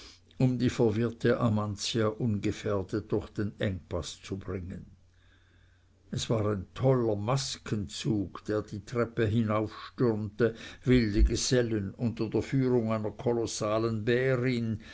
um die verwirrte amantia ungefährdet durch den engpaß zu bringen es war ein toller maskenzug der die treppe hinaufstürmte wilde gesellen unter der führung einer kolossalen